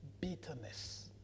bitterness